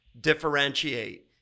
differentiate